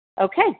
Okay